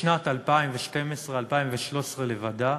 בשנת 2012, 2013, לבדה,